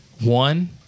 One